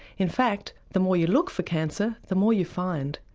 in fact the more you look for cancer the more you find.